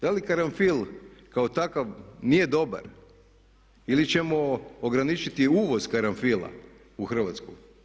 Da li karanfil kao takav nije dobar ili ćemo ograničiti uvoz karanfila u Hrvatsku?